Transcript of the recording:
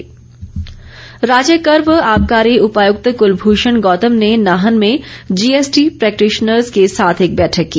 GST राज्य कर व आबकारी उपायुक्त कुलभूषण गौतम ने नाहन में जीएसटी प्रैक्टिशनर्स के साथ एक बैठक की